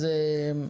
אז טוב,